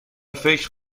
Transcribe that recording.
فکر